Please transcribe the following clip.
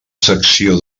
secció